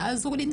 תעזרו לי,